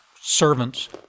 servants